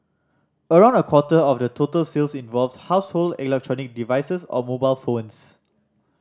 around a quarter of the total sales involved household electric devices or mobile phones